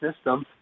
system